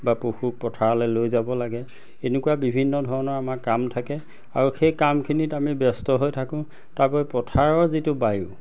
বা পশুক পথাৰলে লৈ যাব লাগে এনেকুৱা বিভিন্ন ধৰণৰ আমাৰ কাম থাকে আৰু সেই কামখিনিত আমি ব্যস্ত হৈ থাকোঁ তাৰ ওপৰি পথাৰৰ যিটো বায়ু